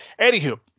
Anywho